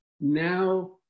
now